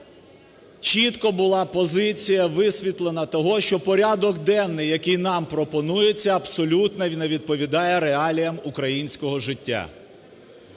чітко була позиція висвітлена того, що порядок денний, який нам пропонується, абсолютно не відповідає реаліям українського життя.